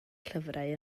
llyfrau